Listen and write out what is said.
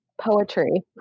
Poetry